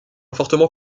fortement